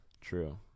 True